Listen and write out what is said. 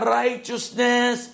righteousness